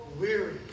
weary